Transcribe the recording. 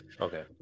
Okay